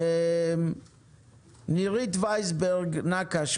נורית ויסברג נקאש,